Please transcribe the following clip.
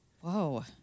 Whoa